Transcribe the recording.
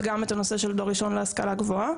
גם את הנושא של דור ראשון להשכלה גבוהה.